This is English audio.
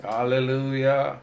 Hallelujah